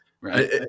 Right